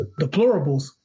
deplorables